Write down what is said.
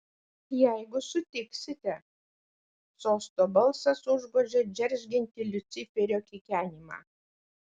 jeigu sutiksite sosto balsas užgožė džeržgiantį liuciferio kikenimą